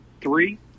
Three